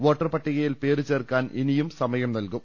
വോട്ടർപട്ടികയിൽ പേരുചേർക്കാൻ ഇനിയും സമയം നൽകും